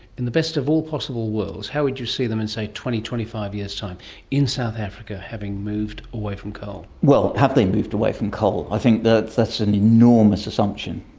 in the best of all possible worlds, how would you see them in say twenty, twenty five years time in south africa, having moved away from coal? well, have they moved away from coal? i think that's that's an enormous assumption.